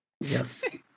Yes